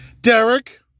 Derek